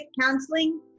counseling